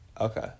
Okay